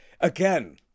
Again